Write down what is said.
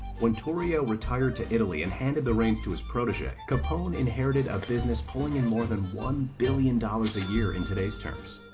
when torrio retired to italy and handed the reins to his protege, capone inherited a business pulling in more than one billion dollars a year in today's terms.